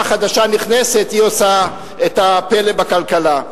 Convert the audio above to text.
חדשה נכנסת היא עושה את הפלא בכלכלה.